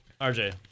RJ